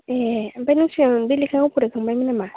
ए ओमफ्राय नों सिगां बे लेखाखौ फराय खांबायमोन नामा